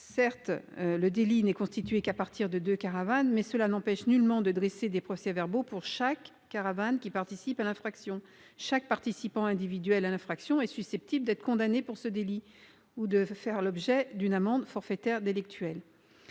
Certes, le délit n'est constitué qu'à partir de deux caravanes ; mais cela n'empêche nullement de dresser des procès-verbaux pour chaque caravane qui participe à l'infraction. En effet, chaque participant individuel à l'infraction est susceptible d'être condamné pour ce délit ou de faire l'objet d'une amende forfaitaire délictuelle.